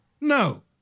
No